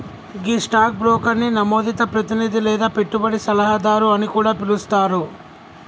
గీ stock బ్రోకర్ని నమోదిత ప్రతినిధి లేదా పెట్టుబడి సలహాదారు అని కూడా పిలుస్తారు